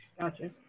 gotcha